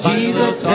Jesus